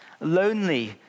lonely